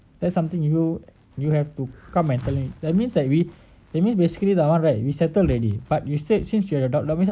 that's something you you have to come and tell me that means that we that means basically that one right we settled already but you said since you have doubt that means